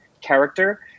character